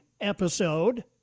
episode